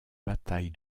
bataille